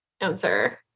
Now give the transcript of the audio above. answer